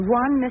one